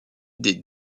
des